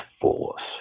force